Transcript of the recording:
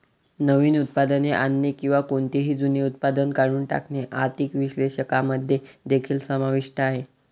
नवीन उत्पादने आणणे किंवा कोणतेही जुने उत्पादन काढून टाकणे आर्थिक विश्लेषकांमध्ये देखील समाविष्ट आहे